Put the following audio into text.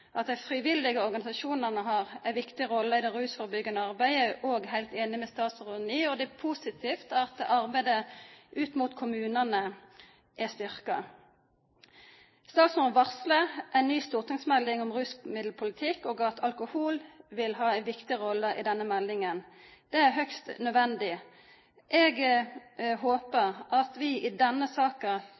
At dei frivillige organisasjonane har ei viktig rolle i det rusførebyggjande arbeidet, er eg òg heilt einig med statsråden i, og det er positivt at arbeidet ut mot kommunane er styrkt. Statsråden varslar ei ny stortingsmelding om rusmiddelpolitikk og at alkohol vil ha ei viktig rolle i denne meldinga. Det er høgst nødvendig. Eg håpar at vi i denne saka